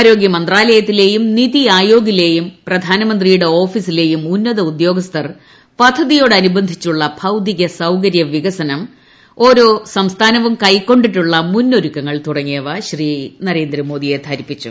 ആരോഗ്യ മന്ത്രാലയത്തിലേയും നിതി ആയോഗിലേയും പ്രധാനമന്ത്രിയുടെ ഓഫീസിലേയും ഉന്നതോദ്യോഗസ്ഥർ പദ്ധതിയോടനുബന്ധിച്ചുള്ള ഭൌതീക സൌകര്യവികസനം ഓരോ സംസ്ഥാനവും കൈക്കൊണ്ടിട്ടുള്ള ഒരുക്കങ്ങൾ തുടങ്ങിയവ ശ്രീ നരേന്ദ്രമോദിയെ ധരിപ്പിച്ചു